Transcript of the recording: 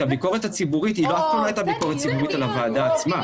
כי הביקורת הציבורית לא הייתה אף פעם ביקורת ציבורית על הוועדה עצמה.